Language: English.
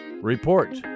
Report